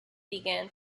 began